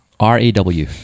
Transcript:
R-A-W